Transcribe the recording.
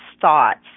thoughts